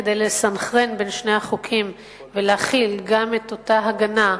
כדי לסנכרן בין שני החוקים ולהחיל את אותה הגנה,